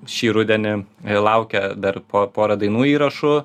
šį rudenį laukia dar po pora dainų įrašų